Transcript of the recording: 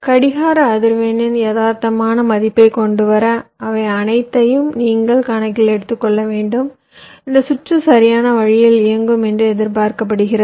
கடிகார அதிர்வெண்ணின் யதார்த்தமான மதிப்பைக் கொண்டு வர அவை அனைத்தையும் நீங்கள் கணக்கில் எடுத்துக்கொள்ள வேண்டும் இந்த சுற்று சரியான வழியில் இயங்கும் என்று எதிர்பார்க்கப்படுகிறது